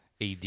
ad